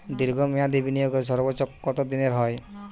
দীর্ঘ মেয়াদি বিনিয়োগের সর্বোচ্চ কত দিনের হয়?